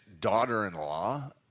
daughter-in-law